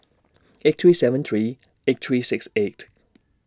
eight three seven three eight three six eight